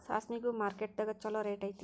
ಸಾಸ್ಮಿಗು ಮಾರ್ಕೆಟ್ ದಾಗ ಚುಲೋ ರೆಟ್ ಐತಿ